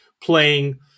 playing